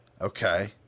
Okay